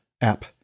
app